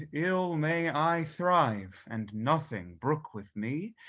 ill may i thrive, and nothing brook with me,